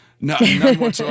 no